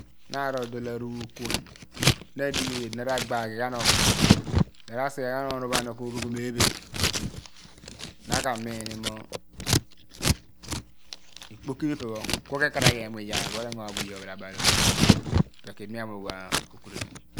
Na aro dol aru ukuan ku na adighi yedi di na wa igba ghi yogh ghan okpe na ra/sighe obnu pho kꞌopheghom ephega nia ka miini mo ikpoki pho ipe pho ku ekerayhi ehmu waar pho rꞌenye ghan bo torobo nye pho osien ahe pho rabirin, pho roomo ede pho ra torotoro po ekpisi pho na dua bo aan. Ikpoki oho ire pho ku rꞌenyu ghan bo ye ophalabaal ologhi ipe ku edi mi amoogh bo okureriom.